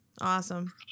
Awesome